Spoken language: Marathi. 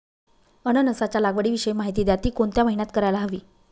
अननसाच्या लागवडीविषयी माहिती द्या, ति कोणत्या महिन्यात करायला हवी?